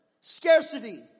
scarcity